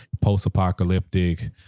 post-apocalyptic